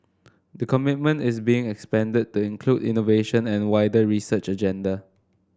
the commitment is being expanded to include innovation and wider research agenda